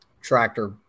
tractor